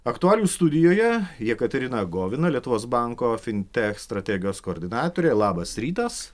aktualijų studijoje jekaterina govina lietuvos banko fintek strategijos koordinatorė labas rytas